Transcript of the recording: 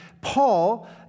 Paul